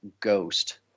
Ghost